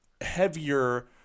heavier